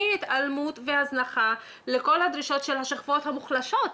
היא התעלמות והזנחה לכל הדרישות של השכבות המוחלשות.